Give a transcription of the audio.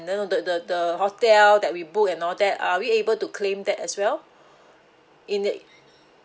the the the the hotel that we book and all that are we able to claim that as well in it